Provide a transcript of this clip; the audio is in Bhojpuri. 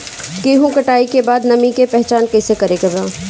गेहूं कटाई के बाद नमी के पहचान कैसे करेके बा?